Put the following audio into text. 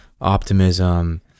optimism